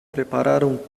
prepararam